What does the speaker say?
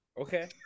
okay